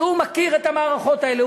שמכיר את המערכות האלה.